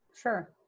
Sure